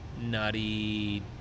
nutty